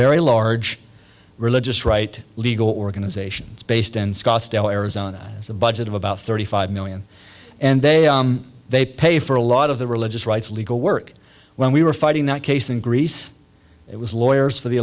very large religious right legal organizations based in scottsdale arizona has a budget of about thirty five million and they they pay for a lot of the religious rights legal work when we were fighting that case in greece it was lawyers for the